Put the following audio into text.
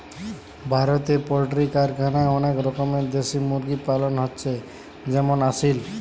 ভারতে পোল্ট্রি কারখানায় অনেক রকমের দেশি মুরগি পালন হচ্ছে যেমন আসিল